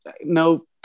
No